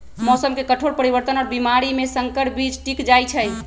मौसम के कठोर परिवर्तन और बीमारी में संकर बीज टिक जाई छई